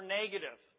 negative